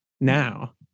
now